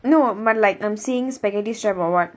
no but like I'm seeing spaghetti strap or what